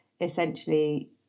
essentially